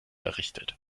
errichtet